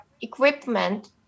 equipment